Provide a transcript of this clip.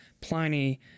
pliny